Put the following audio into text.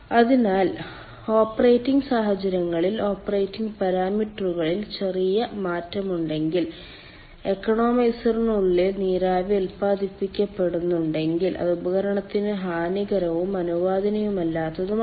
അതിനാൽ ഓപ്പറേറ്റിംഗ് സാഹചര്യങ്ങളിൽ ഓപ്പറേറ്റിംഗ് പാരാമീറ്ററുകളിൽ ചെറിയ മാറ്റമുണ്ടെങ്കിൽ എക്കണോമൈസറിനുള്ളിൽ നീരാവി ഉത്പാദിപ്പിക്കപ്പെടുന്നുണ്ടെങ്കിൽ അത് ഉപകരണത്തിന് ഹാനികരവും അനുവദനീയമല്ലാത്തതുമാണ്